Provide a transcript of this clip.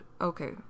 okay